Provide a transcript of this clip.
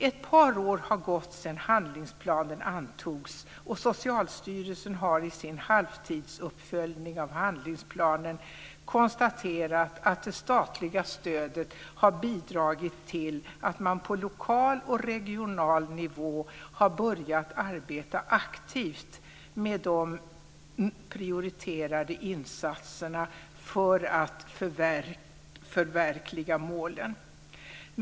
Ett par år har gått sedan handlingsplanen antogs, och Socialstyrelsen har i sin halvtidsuppföljning av handlingsplanen konstaterat att det statliga stödet har bidragit till att man på lokal och regional nivå har börjar arbeta aktivt med de prioriterade insatserna för att förverkliga målen.